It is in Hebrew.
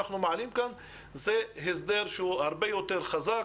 זה הסדר שהוא הרבה יותר חזק,